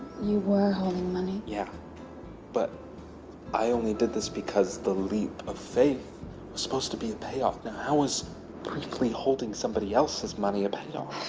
you were holding money. yeah but i only did this because the leap of faith was supposed to be a payoff. now how is briefly holding somebody else's money a payoff?